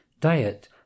Diet